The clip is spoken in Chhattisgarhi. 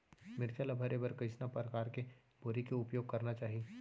मिरचा ला भरे बर कइसना परकार के बोरी के उपयोग करना चाही?